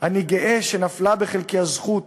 אני גאה שנפלה בחלקי הזכות